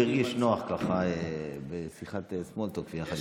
הוא הרגיש נוח בשיחת סמול-טוק איתך.